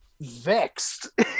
vexed